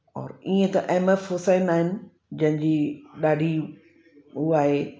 और ईअं त एम एफ हुसैन आहिनि जंहिंजी ॾाढी हू आहे